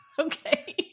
Okay